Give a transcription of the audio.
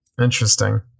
Interesting